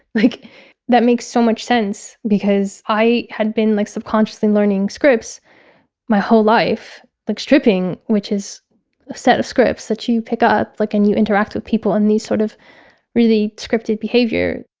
like that makes so much sense, because i had been like subconsciously learning scripts my whole life. like stripping, which is a set of scripts that you pick up, like and you interact with people in these sort of really scripted behavior